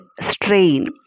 strain